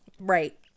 Right